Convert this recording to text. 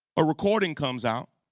a recording comes out